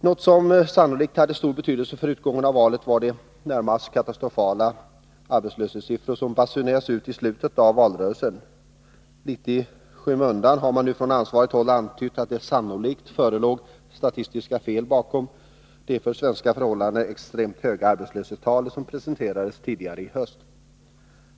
Något som sannolikt hade stor betydelse för utgången av valet var de närmast katastrofala arbetslöshetssiffror som basunerades ut i slutet av valrörelsen. Litet i skymundan har man nu från ansvarigt håll antytt att det sannolikt förelåg statistiska fel bakom de för svenska förhållanden extremt höga arbetslöshetstal som presenterades tidigare i höst.